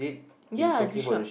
ya at the shop